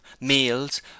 meals